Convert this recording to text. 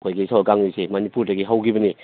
ꯑꯩꯈꯣꯏꯒꯤ ꯁꯒꯣꯜ ꯀꯥꯡꯖꯩꯁꯦ ꯃꯅꯤꯄꯨꯔꯗꯒꯤ ꯍꯧꯈꯤꯕꯅꯤ